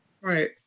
Right